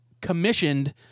commissioned